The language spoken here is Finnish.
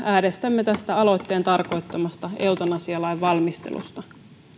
äänestämme tästä aloitteen tarkoittamasta eutanasialain valmistelusta